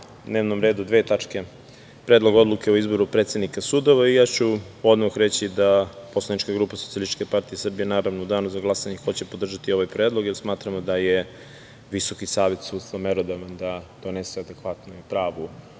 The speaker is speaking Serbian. dnevnom redu dve tačke. Predlog odluke o izboru predsednika sudova, ja ću odmah reći da poslanička grupa SPS, naravno, u danu za glasanje hoće podržati ovaj predlog, jer smatramo da je Visoki savet sudstva merodavan da donese adekvatnu i pravu